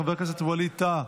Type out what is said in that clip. חבר הכנסת חילי טרופר,